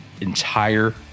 entire